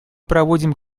проводим